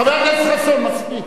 כמה, חבר הכנסת חסון, מספיק.